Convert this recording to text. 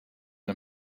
and